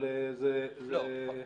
אבל זה --- לא,